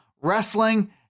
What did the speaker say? wrestling